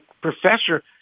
professor